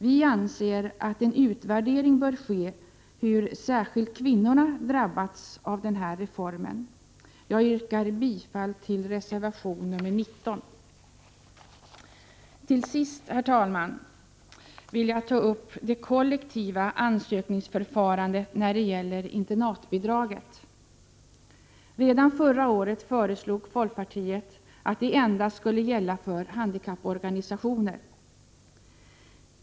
Vi anser, att en utvärdering bör ske av hur särskilt kvinnorna drabbats av denna reform. Jag yrkar bifall till reservation nr 19. Till sist, herr talman, vill jag ta upp det kollektiva ansökningsförfarandet när det gäller internatbidraget. Redan förra året föreslog folkpartiet att det endast skulle gälla för handikapporganisationer.